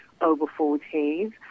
over-40s